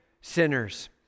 sinners